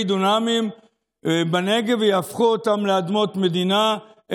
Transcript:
דונמים בנגב ויהפכו אותם לאדמות מדינה,